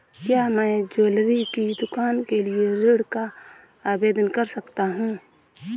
क्या मैं ज्वैलरी की दुकान के लिए ऋण का आवेदन कर सकता हूँ?